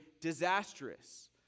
disastrous